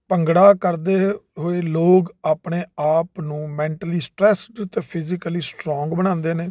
ਭੰਗੜਾ ਕਰਦੇ ਹੋਏ ਲੋਕ ਆਪਣੇ ਆਪ ਨੂੰ ਮੈਂਟਲੀ ਸਟਰੈੱਸਡ ਅਤੇ ਫਿਜ਼ੀਕਲੀ ਸਟਰੋਂਗ ਬਣਾਉਂਦੇ ਨੇ